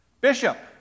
Bishop